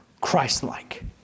Christ-like